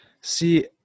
See